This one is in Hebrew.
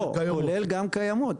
לא, כולל גם קיימות.